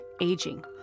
aging